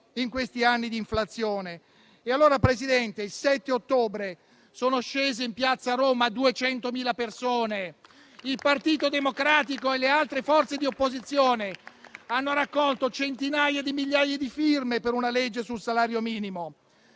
in questi anni di inflazione. Presidente, il 7 ottobre sono scese in piazza a Roma 200.000 persone. Il Partito Democratico e le altre forze di opposizione hanno raccolto centinaia di migliaia di firme per una legge sul salario minimo.